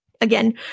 Again